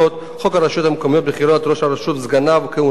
חוק הרשויות המקומיות (בחירת ראש הרשות וסגניו וכהונתם),